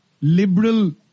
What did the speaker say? liberal